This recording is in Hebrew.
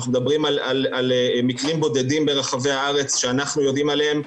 אנחנו מדברים על מקרים בודדים ברחבי הארץ שאנחנו יודעים עליהם.